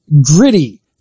Gritty